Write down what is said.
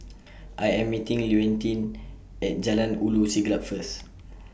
I Am meeting Leontine At Jalan Ulu Siglap First